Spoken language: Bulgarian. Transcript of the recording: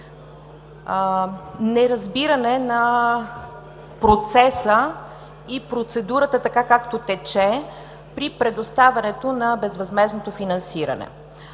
неразбиране на процеса и процедурата така, както тече, при предоставянето на безвъзмездното финансиране.